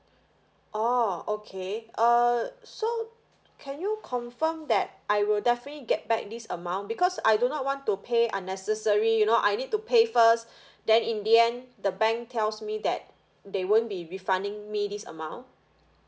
oh okay uh so can you confirm that I will definitely get back this amount because I do not want to pay unnecessary you know I need to pay first then in the end the bank tells me that they won't be refunding me this amount